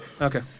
Okay